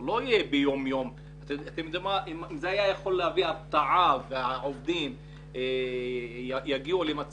אם ההסכם באמת היה מביא למצב שהעובדים ישתמשו